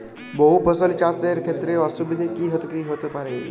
বহু ফসলী চাষ এর ক্ষেত্রে অসুবিধে কী কী হতে পারে?